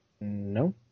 No